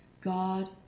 God